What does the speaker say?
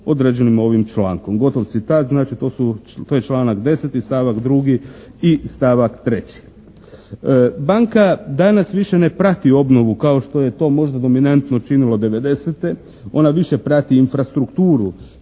određenima ovim člankom. Gotov citat. Znači to su, to je članak 10. i stavak 2. i stavak 3. Banka danas više ne prati obnovu kao što je to možda dominantno činila 1990. Ona više prati infrastrukturu